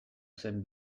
zen